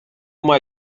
more